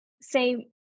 say